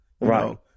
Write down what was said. Right